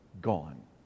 gone